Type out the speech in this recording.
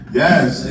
yes